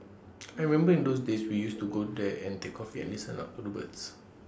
I remember in those days we used to go there and take coffee and listen up to the birds